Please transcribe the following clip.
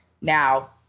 Now